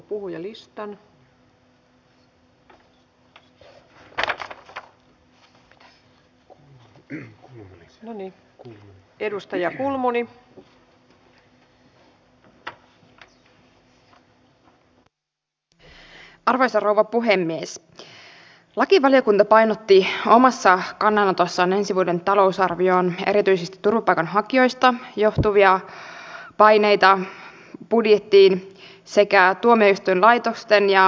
tässä aloin vain sitten itse miettimään kun näitä esityksiä vähän summailin että onkohan nyt kuitenkin käynyt niin että puhutaan aika lailla miljardiluokan uusista hankkeista